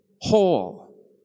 whole